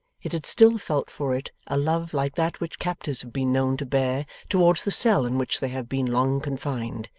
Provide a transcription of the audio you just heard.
it had still felt for it a love like that which captives have been known to bear towards the cell in which they have been long confined,